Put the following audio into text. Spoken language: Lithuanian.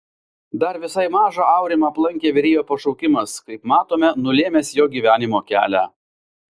dar visai mažą aurimą aplankė virėjo pašaukimas kaip matome nulėmęs jo gyvenimo kelią